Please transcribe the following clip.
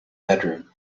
bedroom